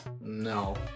No